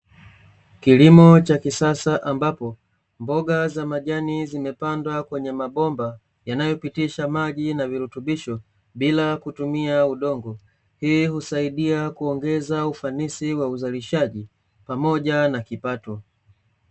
Kilimo cha kisasa ambapo mboga za majani zimepandwa kwenye mabomba yanayopitisha maji na virutubisho bila kutumia udongo, hii husaidia kuongeza ufanisi wa uzalishaji pamoja na kipato.